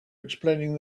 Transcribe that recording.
explaining